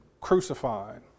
crucified